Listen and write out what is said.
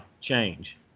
change